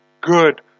good